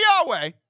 Yahweh